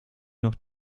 noch